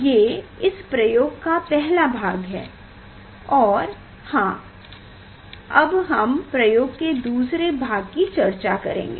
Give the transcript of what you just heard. ये इस प्रयोग का पहला भाग है और हाँ अब हम प्रयोग के दूसरे भाग की चर्चा करेंगे